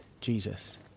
Jesus